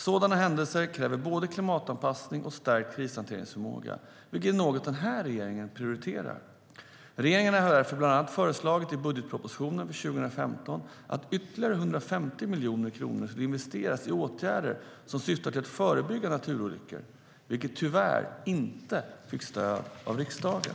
Sådana händelser kräver både klimatanpassning och stärkt krishanteringsförmåga, vilket är något den här regeringen prioriterar. Regeringen har därför bland annat föreslagit i budgetpropositionen för 2015 att ytterligare 150 miljoner kronor skulle investeras i åtgärder som syftar till att förebygga naturolyckor, vilket tyvärr inte fick stöd av riksdagen.